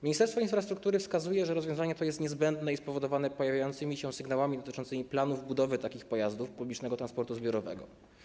Ministerstwo Infrastruktury wskazuje, że rozwiązanie to jest niezbędne i spowodowane pojawiającymi się sygnałami dotyczącymi planów budowy takich pojazdów publicznego transportu zbiorowego.